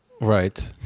right